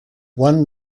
one